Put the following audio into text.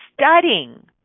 studying